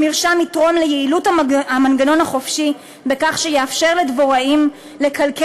המרשם יתרום ליעילות המנגנון החופשי בכך שיאפשר לדבוראים לכלכל